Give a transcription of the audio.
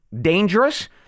dangerous